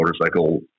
motorcycle